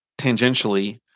tangentially